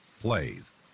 plays